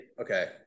Okay